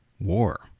War